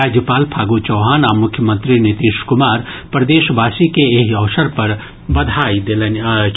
राज्पाल फागू चौहान आ मुख्यमंत्री नीतीश कुमार प्रदेशवासी के एहि अवसर पर बधाई देलनि अछि